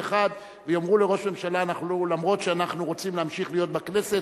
ויאמרו לראש הממשלה: אף-על-פי שאנחנו רוצים להמשיך להיות בכנסת,